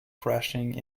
crashing